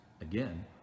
again